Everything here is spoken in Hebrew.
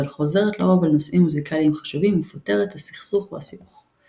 אבל חוזרת לרוב על נושאים מוזיקליים חשובים ופותרת את הסכסוך או הסיבוך.